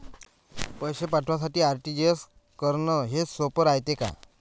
पैसे पाठवासाठी आर.टी.जी.एस करन हेच सोप रायते का?